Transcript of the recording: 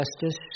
justice